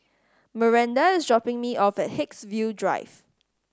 Myranda is dropping me off at Haigsville Drive